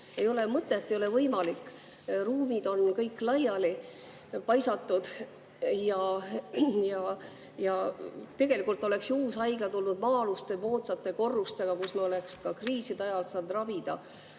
Ei ole mõtet, ei ole võimalik, ruumid on kõik laiali paisatud. Tegelikult oleks uus haigla tulnud maa-aluste moodsate korrustega, kus me oleks ka kriiside ajal saanud ravida.